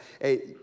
hey